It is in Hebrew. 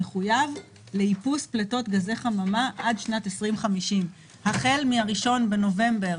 מחויב לאיפוס פליטות גזי חממה עד שנת 2050. החל מה-1 בנובמבר